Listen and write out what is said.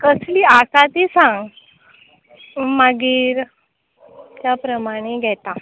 कसली आसा ती सांग मागीर त्या प्रमाणे घेता